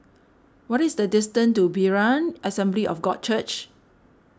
what is the distance to Berean Assembly of God Church